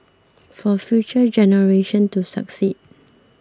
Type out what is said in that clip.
for future generation to succeed